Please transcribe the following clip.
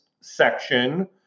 section